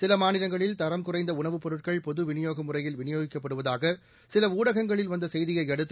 சில மாநிலங்களில் தரம் குறைந்த உணவுப்பொருட்கள் பொது வினியோகம் முறையில் விநியோகிக்கப்படுவதாக சில ஊடகங்களில் வந்த செய்தியை அடுத்து